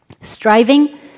Striving